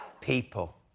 people